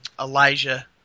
Elijah